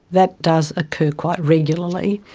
that does occur quite regularly,